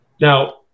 Now